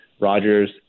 Rogers